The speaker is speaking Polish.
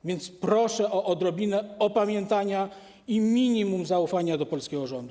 A więc proszę o odrobinę opamiętania i minimum zaufania do polskiego rządu.